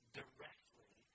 directly